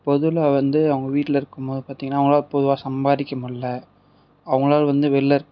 பொதுவில வந்து அவங்க வீட்டில் இருக்கும்போது பார்த்தீங்கன்னா அவங்களால் பொதுவாக சம்பாதிக்க முடியல அவங்களால் வந்து வெளில